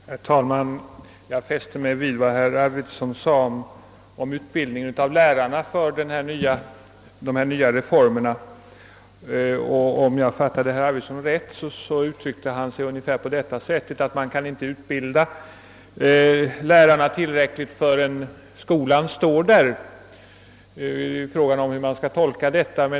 Herr talman! Jag fäste mig vid vad herr Arvidson sade om utbildningen av lärare för de nya skolformerna. Om jag fattade herr Arvidson rätt uttryckte han sig ungefär på följande sätt: man kan inte utbilda lärarna tillräckligt förrän skolan står där. Det kan ifrågasättas hur man skall tolka detta.